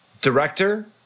director